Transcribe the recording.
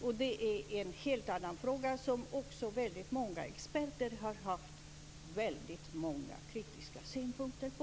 Men det är en helt annan fråga som även många experter har haft många kritiska synpunkter på.